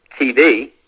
TV